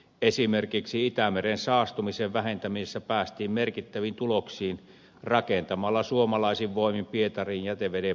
esimerkiksi itämeren saastumisen vähentämisessä päästiin merkittäviin tuloksiin rakentamalla suomalaisin voimin pietariin jätevesipuhdistamo